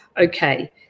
okay